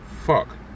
Fuck